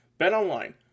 BetOnline